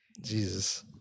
Jesus